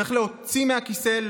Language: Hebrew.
צריך להוציא מהכיסא,